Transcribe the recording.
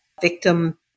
victim